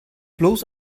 bloß